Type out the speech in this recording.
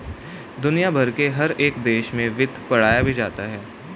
दुनिया भर के हर एक देश में वित्त पढ़ाया भी जाता है